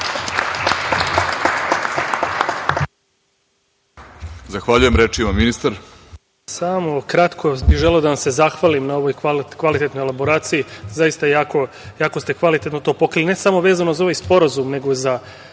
Zahvaljujem. Reč ima ministar.